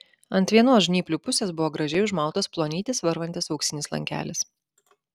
ant vienos žnyplių pusės buvo gražiai užmautas plonytis varvantis auksinis lankelis